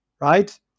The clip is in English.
right